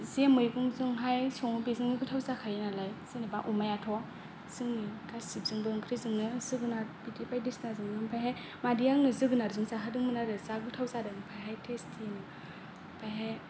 जे मैगंजोंहाय सङो बेजोंनो गोथाव जाखायो नालाय जेनेबा अमायाथ' जोंनि गासिबजोंबो ओंख्रिजोंनो जोगोनार बिदि बायदिसिना जोंनो ओमफायहाय मादैया आंनो जोगोनार जों जाहोदोंमोन आरो जा गोथाव जादों ओमफायहाय थेसथि ओमफायहाय